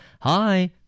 Hi